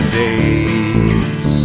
days